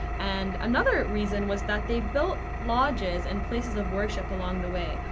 and another reason was that they built lodges and places of worship along the way.